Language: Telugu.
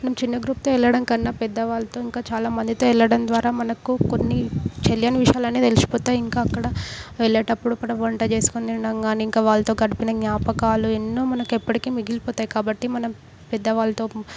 మనం చిన్న గ్రూప్తో వెళ్ళడం కన్నా పెద్దవాళ్ళతో ఇంకా చాలామందితో వెళ్ళడం ద్వారా మనకు కొన్ని తెలియని విషయాలన్నీ తెలిసిపోతాయి ఇంకా అక్కడ వెళ్ళేటప్పుడు కూడా వంట చేసుకొని తినడం కానీ ఇంకా వాళ్ళతో గడిపిన జ్ఞాపకాలు ఎన్నో మనకు ఎప్పటికీ మిగిలిపోతాయి కాబట్టి మనం పెద్దవాళ్ళతో